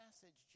passage